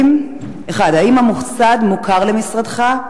1. האם המוסד מוכר למשרדך?